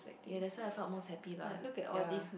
ya that's why I felt most happy lah ya